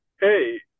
hey